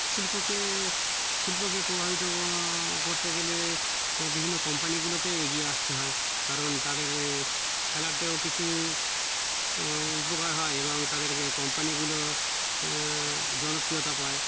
শিল্পকে শিল্পকে প্রভাবিত করতে গেলে বিভিন্ন কোম্পানিগুলোকেই এগিয়ে আসতে হয় কারণ তাদের খেলাতেও কিছু উপকার হয় এবং তাদেরকে কোম্পানিগুলো জনপ্রিয়তা পায়